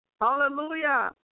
Hallelujah